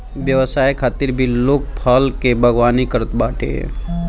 व्यवसाय खातिर भी लोग फल के बागवानी करत बाटे